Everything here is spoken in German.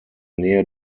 nähe